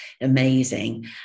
amazing